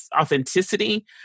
authenticity